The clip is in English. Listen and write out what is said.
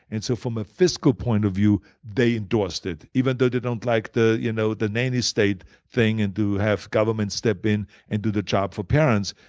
and so from a fiscal point of view, they endorsed it even though they don't like the you know the nanny state thing and to have government step in and do the job for parents.